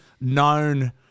Known